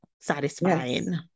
satisfying